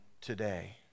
today